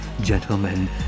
Gentlemen